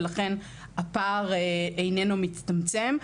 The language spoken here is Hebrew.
ולכן הפער אינו מצטמצם.